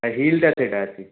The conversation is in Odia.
ହିଲ୍ଟା ସେଇଟା ଅଛି